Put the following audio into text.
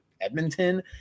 Edmonton